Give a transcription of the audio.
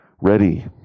ready